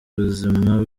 ubuzima